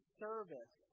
service